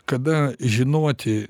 kada žinoti